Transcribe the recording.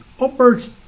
upwards